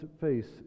face